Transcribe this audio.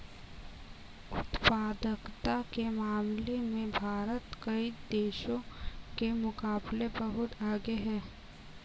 उत्पादकता के मामले में भारत कई देशों के मुकाबले बहुत आगे है